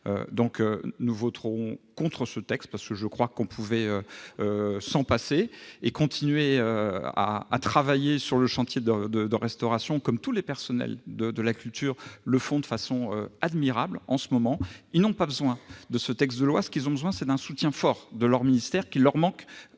nous. Nous voterons contre ce texte, parce que l'on peut s'en passer et continuer à travailler sur le chantier de la restauration comme tous les personnels de la culture le font, de façon admirable, en ce moment. Ces derniers n'ont pas besoin de ce texte de loi, mais d'un soutien fort de leur ministère, qui leur manque